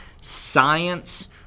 science